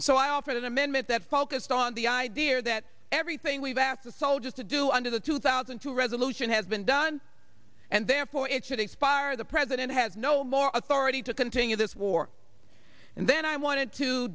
and so i offered an amendment that focused on the idea that everything we've asked the soldiers to do under the two thousand and two resolution has been done and therefore it should expire the president has no more authority to continue this war and then i wanted to